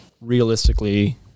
realistically